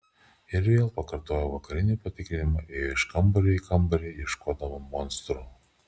ir vėl pakartojo vakarinį patikrinimą ėjo iš kambario į kambarį ieškodama monstrų